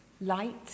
light